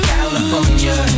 California